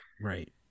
Right